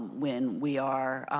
when we are.